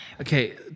Okay